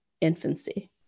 infancy